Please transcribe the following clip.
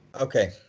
Okay